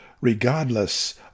regardless